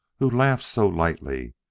who laughed so lightly,